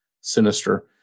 sinister